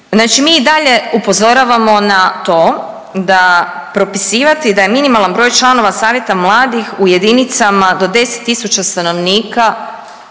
Znači mi i dalje upozoravamo na to da propisivati da je minimalan broj članova Savjeta mladih u jedinicama do 10000 stanovnika